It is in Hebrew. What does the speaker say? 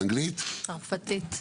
צרפתית.